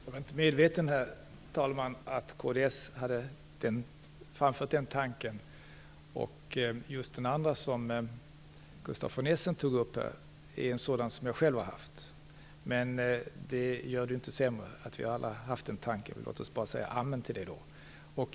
Herr talman! Jag var inte medveten om att kds hade framfört den tanken. Det som Gustaf von Essen tog upp är en tanke som jag själv har haft. Men det gör det ju inte sämre att vi alla har haft den tanken. Låt oss bara säga amen till det.